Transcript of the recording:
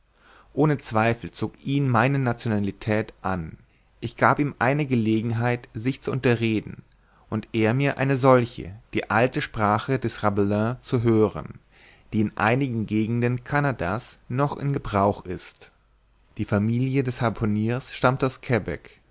ohne zweifel zog ihn meine nationalität an ich gab ihm eine gelegenheit sich zu unterreden und er mir eine solche die alte sprache des rabelais zu hören die in einigen gegenden canada's noch in gebrauch ist die familie des harpuniers stammte